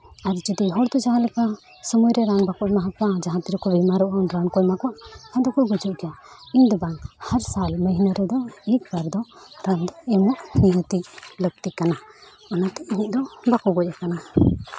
ᱟᱨ ᱡᱩᱫᱤ ᱦᱚᱲ ᱫᱚ ᱡᱟᱦᱟᱸ ᱞᱮᱠᱟ ᱥᱳᱢᱳᱭ ᱨᱮ ᱨᱟᱱ ᱵᱟᱠᱚ ᱮᱢᱟ ᱠᱚᱣᱟ ᱡᱟᱦᱟᱸ ᱛᱤᱨᱮᱠᱚ ᱵᱮᱢᱟᱨᱚᱜᱼᱟ ᱩᱱ ᱨᱟᱱ ᱠᱚ ᱮᱢᱟ ᱠᱚᱣᱟ ᱛᱚᱠᱷᱚᱱ ᱫᱚᱠᱚ ᱜᱩᱡᱩᱜ ᱜᱮᱭᱟ ᱤᱧᱫᱚ ᱵᱟᱝ ᱦᱟᱨ ᱥᱟᱞ ᱢᱟᱹᱦᱤᱱᱟ ᱨᱮᱫᱚ ᱢᱤᱫ ᱵᱟᱨ ᱫᱚ ᱨᱟᱱ ᱫᱚ ᱮᱢᱚᱜ ᱱᱤᱦᱟᱹᱛᱤ ᱞᱟᱹᱠᱛᱤ ᱠᱟᱱᱟ ᱚᱱᱟᱛᱮ ᱤᱧᱟᱹᱜ ᱫᱚ ᱵᱟᱠᱚ ᱜᱚᱡᱽ ᱟᱠᱟᱱᱟ